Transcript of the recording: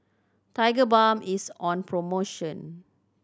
Tigerbalm is on promotion